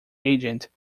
agent